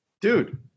dude